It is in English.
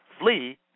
flee